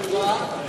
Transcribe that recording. שמה?